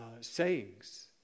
sayings